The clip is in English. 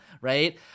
right